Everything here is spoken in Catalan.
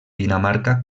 dinamarca